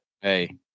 hey